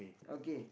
again